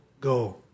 go